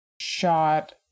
shot